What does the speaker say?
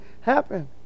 happen